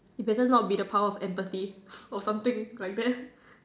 it better not be the power of empathy or something like that